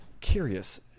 curious